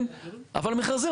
אבל מכרזים,